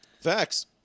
Facts